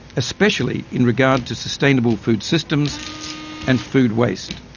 especially in regard to sustainable food systems and food waste.